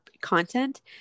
content